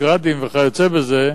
"גראדים" וכיוצא בזה,